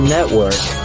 Network